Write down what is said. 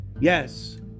Yes